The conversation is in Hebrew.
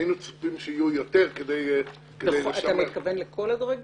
היינו מצפים שיהיו יותר --- אתה מתכוון לכל הדרגים?